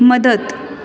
मदत